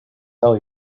tell